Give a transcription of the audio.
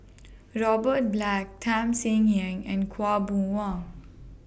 Robert Black Tham Sien Yen and Khaw Boon Wan